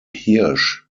hirsch